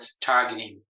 targeting